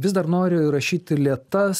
vis dar nori rašyti lėtas